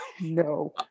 no